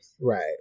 Right